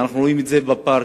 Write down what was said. ואנחנו רואים זאת בפארקים